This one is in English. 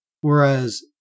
Whereas